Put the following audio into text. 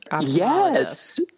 Yes